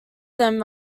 them